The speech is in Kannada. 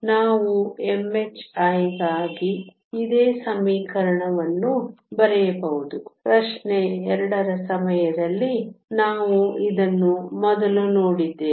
ನಾವು mhi ಗಾಗಿ ಇದೇ ಸಮೀಕರಣವನ್ನು ಬರೆಯಬಹುದು ಪ್ರಶ್ನೆ 2 ರ ಸಮಯದಲ್ಲಿ ನಾವು ಇದನ್ನು ಮೊದಲು ನೋಡಿದ್ದೇವೆ